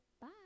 Bye